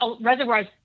reservoirs